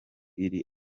iri